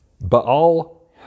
Baal